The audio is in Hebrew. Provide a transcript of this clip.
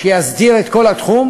שיסדיר את כל התחום.